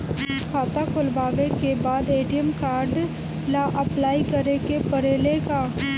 खाता खोलबाबे के बाद ए.टी.एम कार्ड ला अपलाई करे के पड़ेले का?